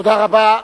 תודה רבה.